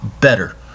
better